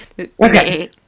Okay